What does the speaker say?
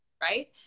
Right